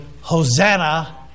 Hosanna